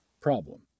problem